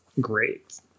great